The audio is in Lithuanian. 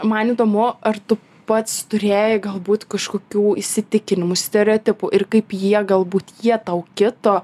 man įdomu ar tu pats turėjai galbūt kažkokių įsitikinimų stereotipų ir kaip jie galbūt jie tau kito